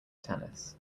tennis